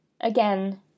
again